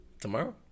Tomorrow